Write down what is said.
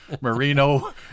merino